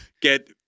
get